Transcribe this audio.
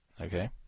Okay